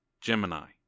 Gemini